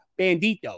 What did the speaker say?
Bandito